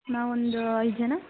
ನಾವೊಂದು ಐದು ಜನ